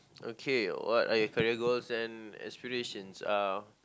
okay what are your career goals and aspirations uh